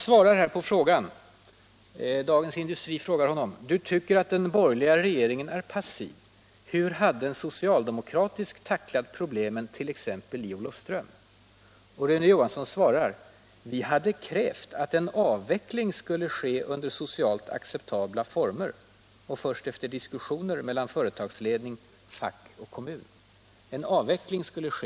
Dagens Industri frågar honom: ”Du tycker att den borgerliga regeringen är passiv — hur hade en socialdemokratisk tacklat problemen, t.ex. i Olofström?” Rune Johansson svarar: ”Vi hade krävt att en avveckling skulle ske under socialt acceptabla former och först efter diskussioner mellan företagsledning, fack och kommun.” ”En avveckling skulle ske .